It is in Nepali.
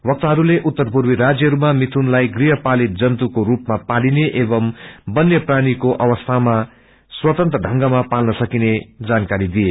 वक्ताहरूले उत्तरपूर्वी राज्यहरूमा मिथनुलाई गृहपालित जन्तुको पालिने एवं वन्य प्राणीको अवस्थामा स्वतंत्र ढ़ंगमा पाल्न सकिने जानकारी दिए